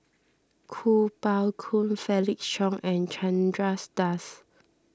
Kuo Pao Kun Felix Cheong and Chandras Das